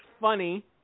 funny